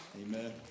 Amen